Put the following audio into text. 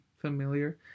familiar